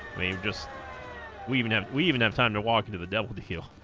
we just we even have we even have time to walk into the devil to heal